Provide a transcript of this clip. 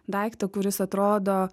daiktą kuris atrodo